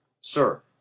Sir